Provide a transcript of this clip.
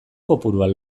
kopuruan